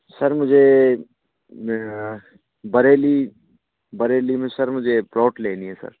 sir मुझे बरेली बरेली में sir मुझे प्लॉट लेनी है सर